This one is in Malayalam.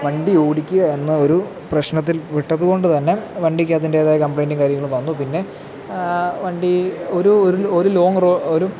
വണ്ടി ഓടിക്കുക എന്ന ഒരു പ്രശ്നത്തിൽപ്പെട്ടതുകൊണ്ട് തന്നെ വണ്ടിക്ക് അതിൻ്റെതായ കംപ്ലയിന്റും കാര്യങ്ങളും വന്നു പിന്നെ വണ്ടി ഒരു ഒരു ഒരു ലോങ്ങ് റോ ഒരു